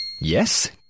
yes